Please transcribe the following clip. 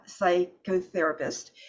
psychotherapist